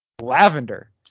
Lavender